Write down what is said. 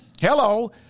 hello